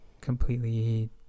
completely